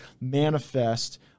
manifest